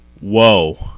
Whoa